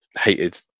hated